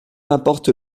importe